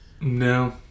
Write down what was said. No